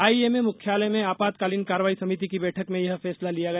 IMA मुख्यालय में आपातकालीन कार्रवाई समिति की बैठक में यह फैसला लिया गया